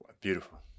Beautiful